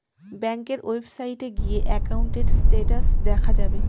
ব্যাঙ্কের ওয়েবসাইটে গিয়ে একাউন্টের স্টেটাস দেখা যাবে